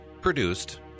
produced